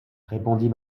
répondit